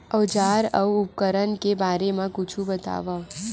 औजार अउ उपकरण के बारे मा कुछु बतावव?